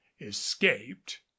escaped